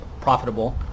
profitable